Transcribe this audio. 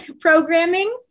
programming